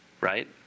right